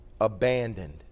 abandoned